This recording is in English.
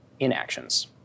inactions